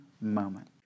moment